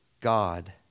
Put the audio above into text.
God